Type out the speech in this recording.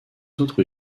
autres